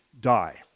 die